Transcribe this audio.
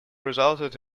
resulted